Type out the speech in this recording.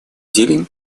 деле